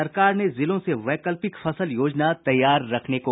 सरकार ने जिलों से वैकल्पिक फसल योजना तैयार रखने को कहा